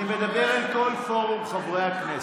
אני מדבר אל כל פורום חברי הכנסת.